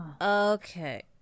Okay